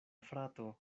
frato